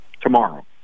tomorrow